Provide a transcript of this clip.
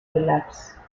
relapse